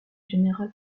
général